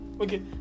okay